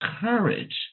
courage